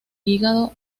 hígado